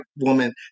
woman